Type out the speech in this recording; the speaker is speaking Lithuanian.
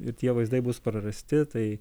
ir tie vaizdai bus prarasti tai